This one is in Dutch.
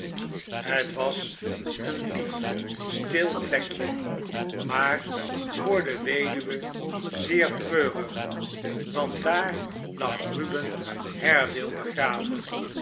barnaby rudge was een lief stil plekje maar voor de weduwe zeer treurig want daar lag ruben haredale begraven